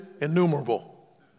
Innumerable